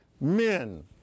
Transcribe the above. men